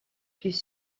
plus